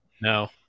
No